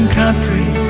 country